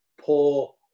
poor